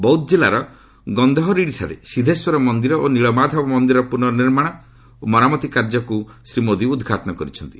ବୌଦ୍ଧ ଜିଲ୍ଲାର ଗନ୍ଧହରଡ଼ିଠାରେ ସିଦ୍ଧେଶ୍ୱର ମନ୍ଦିର ଓ ନୀଳମାଧବ ମନ୍ଦିରର ପୁନଃନିର୍ମାଣ ଓ ମରାମତି କାର୍ଯ୍ୟକୁ ମଧ୍ୟ ଶ୍ରୀ ମୋଦି ଉଦ୍ଘାଟନ କରିଛନ୍ତି